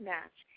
Match